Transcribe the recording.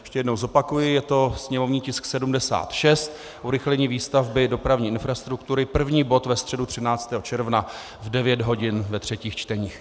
Ještě jednou zopakuji, je to sněmovní tisk 76, urychlení výstavby dopravní infrastruktury, první bod ve středu 13. června v 9 hodin, ve třetích čteních.